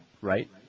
right